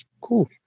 Cool